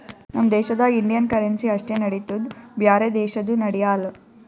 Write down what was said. ನಮ್ ದೇಶದಾಗ್ Indian currency ಅಷ್ಟೇ ನಡಿತ್ತುದ್ ಬ್ಯಾರೆ ದೇಶದು ನಡ್ಯಾಲ್